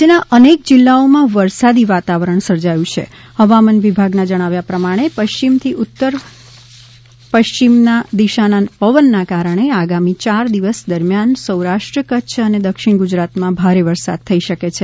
રાજ્યના અનેક જિલ્લાઓમાં વરસાદી વાતાવરણ સર્જાયું છે હવામાન વિભાગના જણાવ્યા પ્રમાણે પશ્ચિમથી ઉત્તર પશ્ચિમ દિશાના પવનના કારણે આગામી ચાર દિવસ દરમિયાન સૌરાષ્ટ્ર કચ્છ અને દક્ષિણ ગુજરાતમાં ભારે વરસાદ થઈ શકે છે